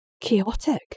chaotic